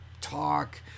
talk